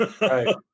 right